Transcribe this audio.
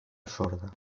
sorda